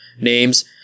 names